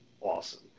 awesome